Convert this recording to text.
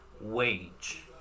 wage